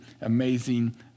amazing